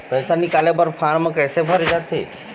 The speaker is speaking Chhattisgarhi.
पैसा निकाले बर फार्म कैसे भरे जाथे?